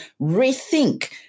rethink